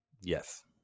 Yes